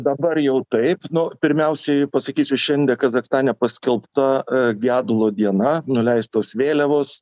dabar jau taip nu pirmiausiai pasakysiu šiandien kazachstane paskelbta gedulo diena nuleistos vėliavos